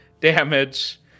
damage